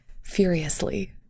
furiously